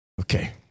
Okay